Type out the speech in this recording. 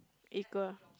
equal